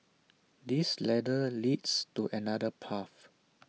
this ladder leads to another path